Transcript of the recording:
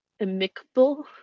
amicable